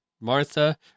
Martha